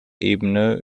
ebene